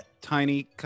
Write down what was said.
tiny